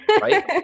Right